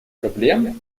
проблем